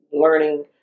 learning